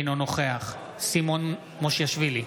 אינו נוכח סימון מושיאשוילי,